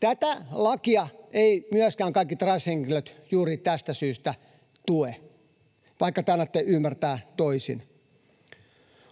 Tätä lakia eivät myöskään kaikki transhenkilöt juuri tästä syystä tue, vaikka te annatte ymmärtää toisin.